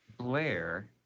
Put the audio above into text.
Blair